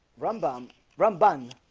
rambam run, bunny